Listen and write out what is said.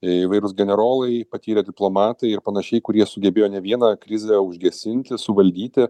įvairūs generolai patyrę diplomatai ir panašiai kurie sugebėjo ne vieną krizę užgesinti suvaldyti